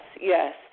yes